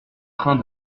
train